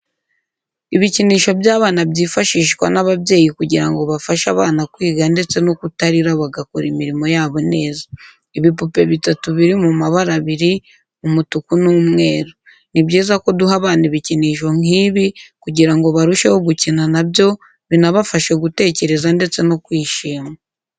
Ibikinisho by'abana byifashishwa n'ababyeyi kugira ngo bafashe abana kwiga ndetse no kutarira bagakora imirimo yabo neza. Ibipupe bitatu biri mu mabara abiri: umutuku n'umweru. Ni byiza ko duha abana ibikinisho nk'ibi kugira ngo barusheho gukina na byo binabafashe gutekereza ndetse no kwishima.